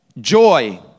joy